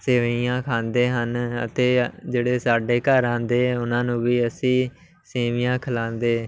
ਸੇਵਈਆਂ ਖਾਂਦੇ ਹਨ ਅਤੇ ਜਿਹੜੇ ਸਾਡੇ ਘਰ ਆਉਂਦੇ ਉਹਨਾਂ ਨੂੰ ਵੀ ਅਸੀਂ ਸੇਵੀਆਂ ਖਲਾਂਦੇ